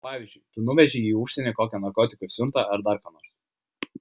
pavyzdžiui tu nuvežei į užsienį kokią narkotikų siuntą ar dar ką nors